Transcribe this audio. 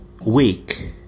week